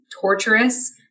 torturous